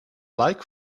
like